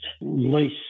lease